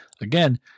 again